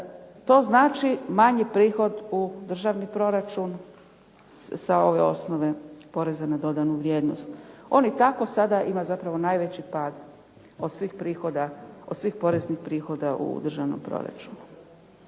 To znači manji prihod u državni proračun sa ove osnove poreza na dodanu vrijednost. On i tako sada ima zapravo najveći pad od svih poreznih prihoda u državnom proračunu.